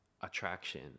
attraction